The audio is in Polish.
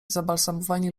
zabalsamowani